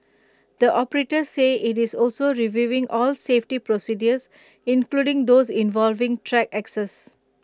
the operator said IT is also reviewing all safety procedures including those involving track access